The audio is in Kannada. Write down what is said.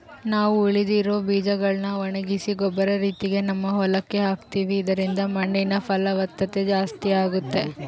ನಾವು ಉಳಿದಿರೊ ಬೀಜಗಳ್ನ ಒಣಗಿಸಿ ಗೊಬ್ಬರ ರೀತಿಗ ನಮ್ಮ ಹೊಲಕ್ಕ ಹಾಕ್ತಿವಿ ಇದರಿಂದ ಮಣ್ಣಿನ ಫಲವತ್ತತೆ ಜಾಸ್ತಾಗುತ್ತೆ